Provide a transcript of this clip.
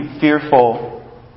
fearful